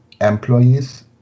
employees